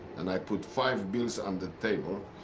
and i put five bills on the table,